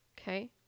okay